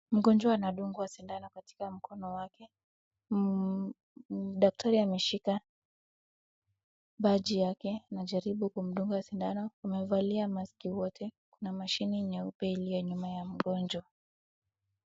Mgonjwa anadungwa sindano katika mkono wake. Daktari ameshika badge yake. Anajaribu kumdunga sindano. Wamevalia mask wote. Na machine nyeupe iliyo nyuma ya mgonjwa.